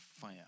fire